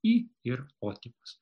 i ir o tipas